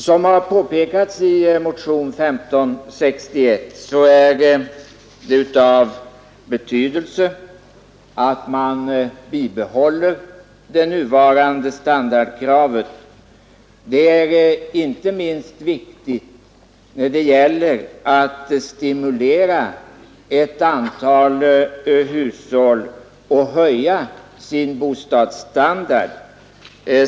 Som har påpekats i motionen 1561 är det av betydelse att man bibehåller det nuvarande standardkravet. Det är inte minst viktigt när det gäller att stimulera ett antal hushåll att höja sin bostadsstandard.